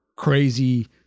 crazy